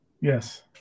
Yes